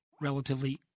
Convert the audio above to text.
relatively